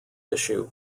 issue